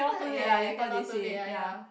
then I was like ya ya ya cannot too late lah ya